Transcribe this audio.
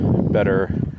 better